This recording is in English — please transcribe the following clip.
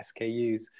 SKUs